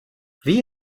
wie